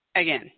again